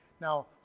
Now